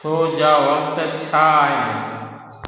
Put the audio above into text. show जा वक़्त छा आहिनि